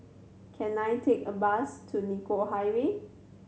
can I take a bus to Nicoll Highway